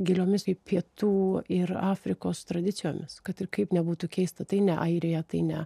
giliomis į pietų ir afrikos tradicijomis kad ir kaip nebūtų keista tai ne airija tai ne